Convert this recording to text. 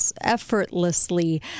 effortlessly